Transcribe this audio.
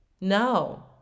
no